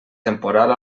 temporal